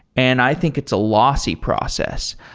and i think it's a lossy process.